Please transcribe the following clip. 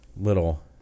little